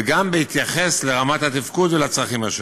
וגם בהתייחס לרמת התפקוד ולצרכים השונים.